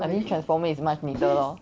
I think transformer is much neater lor